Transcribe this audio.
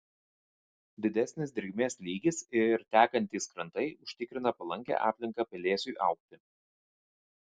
didesnis drėgmės lygis ir tekantys kranai užtikrina palankią aplinką pelėsiui augti